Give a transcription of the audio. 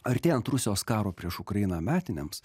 artėjant rusijos karo prieš ukrainą metinėms